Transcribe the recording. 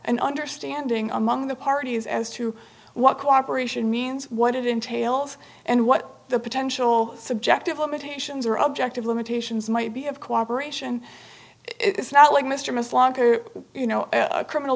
an understanding among the parties as to what cooperation means what it entails and what the potential subject of limitations or objective limitations might be of cooperation it's not like mr mintz longer you know a criminal